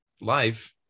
life